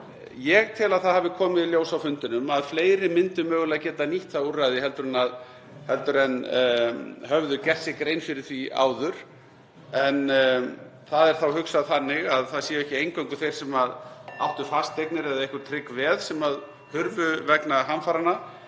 Ég tel að það hafi komið í ljós á fundinum að fleiri myndu mögulega geta nýtt það úrræði heldur en höfðu gert sér grein fyrir því áður. Það er þá hugsað þannig að það séu ekki eingöngu þeir sem áttu fasteignir (Forseti hringir.) eða trygg veð sem hurfu vegna hamfaranna